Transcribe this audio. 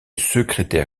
secrétaire